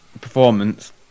performance